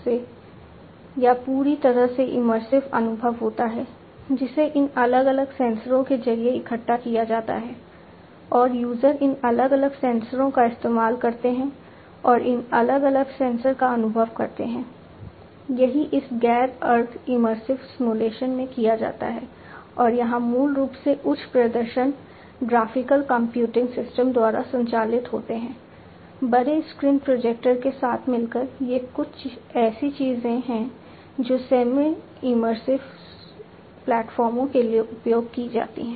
semi immersive प्लेटफार्मों के लिए उपयोग की जाती हैं